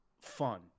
fun